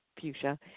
fuchsia